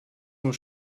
nur